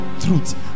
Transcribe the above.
Truth